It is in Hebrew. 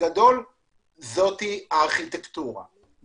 זוהי הארכיטקטורה בגדול.